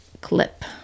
clip